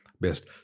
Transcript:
best